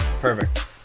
Perfect